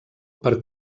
per